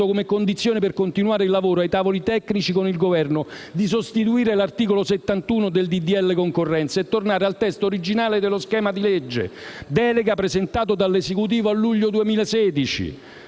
come condizione, per continuare il lavoro ai tavoli tecnici con il Governo, di sostituire l'articolo 71 del disegno di legge concorrenza e tornare al testo originale dello schema di legge delega, presentato dall'Esecutivo presentato nel luglio 2016.